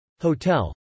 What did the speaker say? hotel